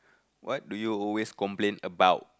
what do you always complain about